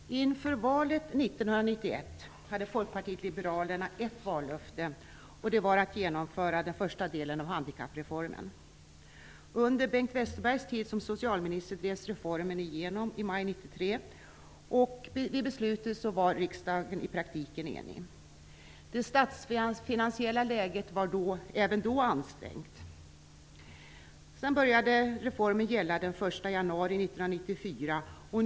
Fru talman! Inför valet 1991 hade Folkpartiet liberalerna ett vallöfte, och det var att genomföra den första delen av handikappreformen. Under Bengt Westerbergs tid som socialminister drevs reformen igenom i maj 1993, och vid beslutet var riksdagen i praktiken enig. Det statsfinansiella läget var även då ansträngt. Sedan började reformen gälla den 1 januari 1994.